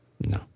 No